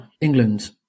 England